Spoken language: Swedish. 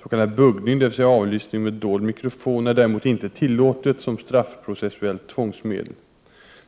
S.k. buggning, dvs. avlyssning med dold mikrofon, är däremot inte tillåtet som straffprocessuellt tvångsmedel.